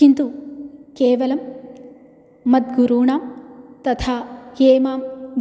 किन्तु केवलं मद्गुरूणा तथा ये मां